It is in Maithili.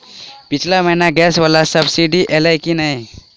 पिछला महीना गैस वला सब्सिडी ऐलई की नहि?